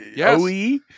OE